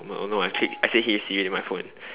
oh no oh no I clicked I said hey Siri into my phone